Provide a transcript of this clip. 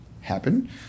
happen